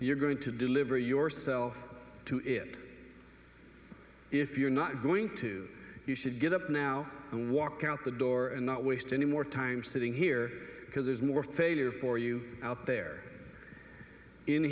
you're going to deliver yourself to it if you're not going to you should get up now and walk out the door and not waste any more time sitting here because there's more failure for you out there in